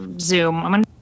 Zoom